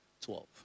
Twelve